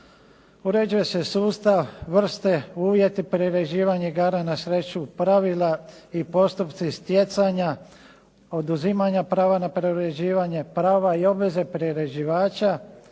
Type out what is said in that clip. Uređuje se sustav, vrste, uvjeti priređivanja igara na sreću, pravila i postupci stjecanja, oduzimanja prava na priređivanje, prava i obveze priređivača